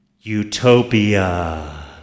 Utopia